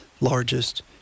largest